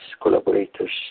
collaborators